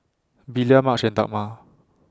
Belia Madge and Dagmar